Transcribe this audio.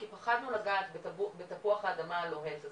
כי פחדנו לגעת בתפוח האדמה הלוהט הזה.